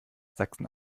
sachsen